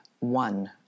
One